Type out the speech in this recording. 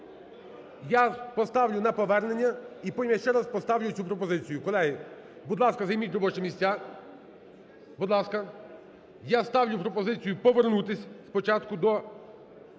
Я поставлю на повернення і потім я ще раз поставлю цю пропозицію. Колеги, будь ласка, займіть робочі місця, будь ласка. Я ставлю пропозицію повернутися спочатку до